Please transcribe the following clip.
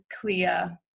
clear